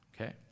Okay